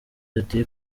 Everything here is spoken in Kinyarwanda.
ati